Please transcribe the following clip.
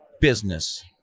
business